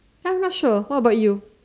I'm not sure what about you